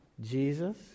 Jesus